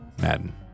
Madden